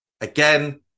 Again